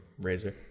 Razer